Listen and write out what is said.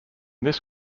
this